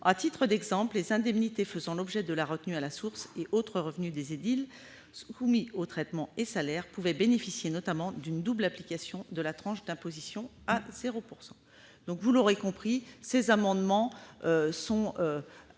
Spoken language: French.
À titre d'exemple, les indemnités faisant l'objet de la retenue à la source et autres revenus des édiles soumis au régime applicable aux traitements et salaires pouvaient bénéficier, notamment, d'une double application de la tranche d'imposition à taux nul. Vous l'aurez compris, mes chers